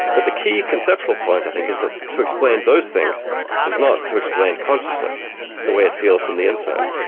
but the key conceptual point i think is that to explain those things is not to explain consciousness the way it feels from the inside.